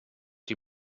die